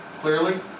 clearly